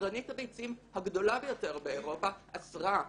יצרנית הביצים הגדולה ביותר באירופה אסרה,